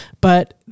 but-